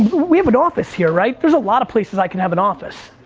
we have an office here, right? there's a lot of places i can have an office.